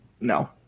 No